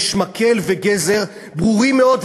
יש מקל וגזר ברורים מאוד,